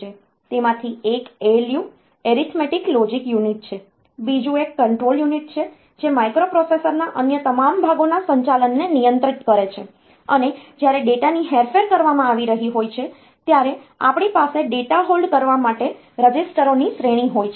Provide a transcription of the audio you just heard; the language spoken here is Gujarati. તેમાંથી એક ALU એરિથમેટિક લોજિક યુનિટ છે બીજું એક કંટ્રોલ યુનિટ છે જે માઇક્રોપ્રોસેસરના અન્ય તમામ ભાગોના સંચાલનને નિયંત્રિત કરે છે અને જ્યારે ડેટાની હેરફેર કરવામાં આવી રહી હોય છે ત્યારે આપણી પાસે ડેટા હોલ્ડ કરવા માટે રજિસ્ટરોની શ્રેણી હોય છે